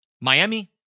Miami